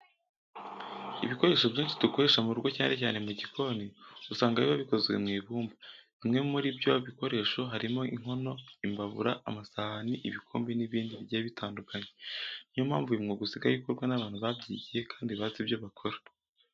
Ibikoresho byinshi dukoresha mu rugo cyane cyane mu gikoni usanga biba bikozwe mu ibumba. Bimwe muri ibyo bikoresho harimo inkono, imbabura, amasahani, ibikombe n'ibindi bigiye bitandukanye. Niyo mpamvu uyu mwuga usigaye ukorwa n'abantu babyigiye kandi bazi ibyo bakora.